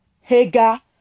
Hagar